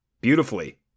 beautifully